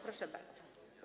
Proszę bardzo.